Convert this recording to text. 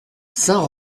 saint